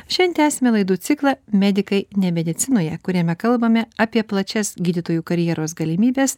šiandien tęsiame laidų ciklą medikai ne medicinoje kuriame kalbame apie plačias gydytojų karjeros galimybes